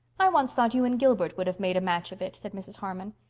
i once thought you and gilbert would have made a match of it, said mrs. harmon.